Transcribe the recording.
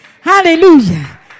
Hallelujah